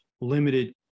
limited